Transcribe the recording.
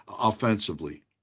offensively